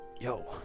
yo